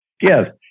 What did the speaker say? Yes